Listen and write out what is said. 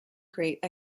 great